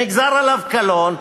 נגזר עליו קלון,